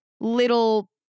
little